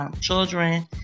children